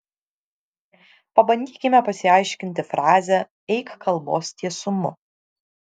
pabandykime pasiaiškinti frazę eik kalbos tiesumu